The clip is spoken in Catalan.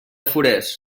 forès